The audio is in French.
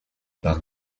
par